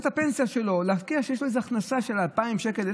להשקיע את הפנסיה שלו כדי שתהיה לו איזו הכנסה של 2,000 שקל,